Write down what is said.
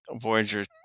Voyager